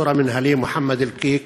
העצור המינהלי מוחמד אלקיק,